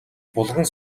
булган